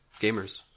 gamers